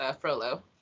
Frollo